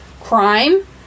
crime